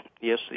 yes